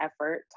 effort